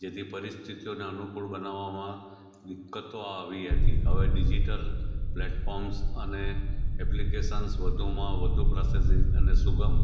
જેથી પરિસ્થિતિઓને અનુકૂળ બનાવવામાં દિક્કતો આવી હતી હવે ડિજિટલ પ્લેટ્ફોર્મસ અને એપ્લિકેશન્સ વધુમાં વધુ પ્રોસેસિંગ અને સુગમ